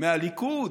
מהליכוד,